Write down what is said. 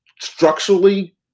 structurally